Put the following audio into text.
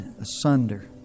asunder